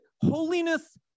holiness